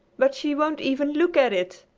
but she won't even look at it.